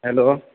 hello